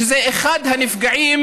שזה אחד מני נפגעים